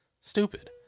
stupid